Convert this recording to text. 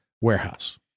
warehouse